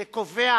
שקובע